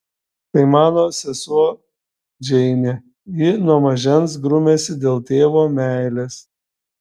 tai mano sesuo džeinė ji nuo mažens grumiasi dėl tėvo meilės